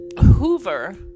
hoover